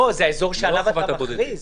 לא, זה האזור שעליו אתה מכריז.